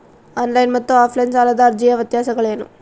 On line ಮತ್ತು offline ಸಾಲದ ಅರ್ಜಿಯ ವ್ಯತ್ಯಾಸಗಳೇನು?